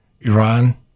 Iran